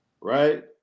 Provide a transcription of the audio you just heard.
Right